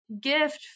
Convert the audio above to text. gift